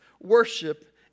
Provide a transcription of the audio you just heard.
worship